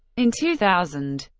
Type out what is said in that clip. in two thousand,